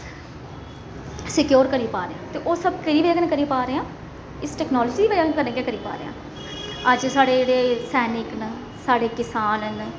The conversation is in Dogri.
स्कोयर करी पाए दे होर सब केहदी बजह कन्नै न करी पा दे आं इस टैक्नोलाजी दी बजह कन्नै करी पा'रदे आं अज्ज साढ़े जेह्ड़े सैनिक न साढ़े किसान न